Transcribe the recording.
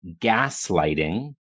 gaslighting